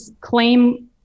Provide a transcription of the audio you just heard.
claim